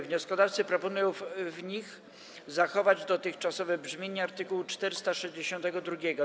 Wnioskodawcy proponują w nich zachować dotychczasowe brzmienie art. 462.